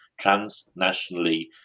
transnationally